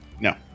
No